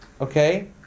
okay